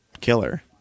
Killer